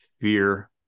fear